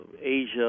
asia